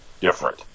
different